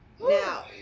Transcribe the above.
now